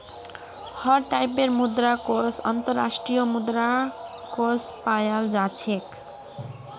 हर टाइपेर मुद्रा कोष अन्तर्राष्ट्रीय मुद्रा कोष पायाल जा छेक